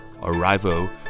Arrivo